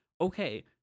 okay